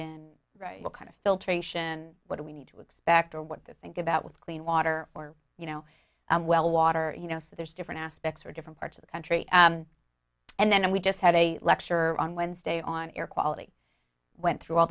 in what kind of filtration what do we need to expect or what to think about with clean water or you know whether water you know so there's different aspects different parts of the country and then we just had a lecture on wednesday on air quality went through all